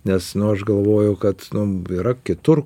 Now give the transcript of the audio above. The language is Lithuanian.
nes nu aš galvojau kad nu yra kitur